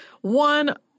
One